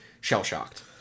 shell-shocked